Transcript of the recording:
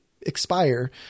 expire